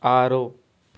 ఆరు